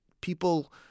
people